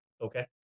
Okay